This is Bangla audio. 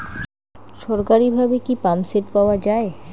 সরকারিভাবে কি পাম্পসেট পাওয়া যায়?